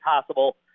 possible